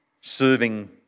serving